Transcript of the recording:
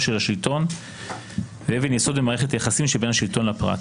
של השלטון ואבן יסוד במערכת היחסים שבין השלטון לפרט.